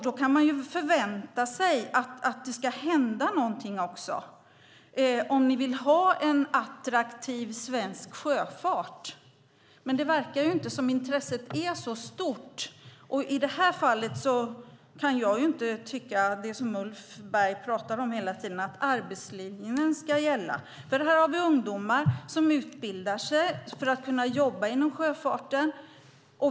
Då kan man förvänta sig att det ska hända något också, om ni vill ha en attraktiv svensk sjöfart. Det verkar dock inte som att intresset är så stort. I detta fall kan jag inte tycka det som Ulf Berg pratar om hela tiden, att arbetslinjen ska gälla. Här har vi nämligen ungdomar som utbildar sig för att kunna jobba inom sjöfarten.